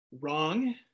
Wrong